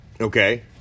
Okay